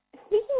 speaking